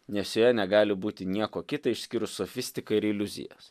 nes joje negali būti nieko kita išskyrus sofistiką ir iliuzijas